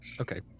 Okay